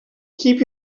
keep